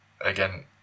again